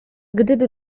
gdyby